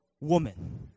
woman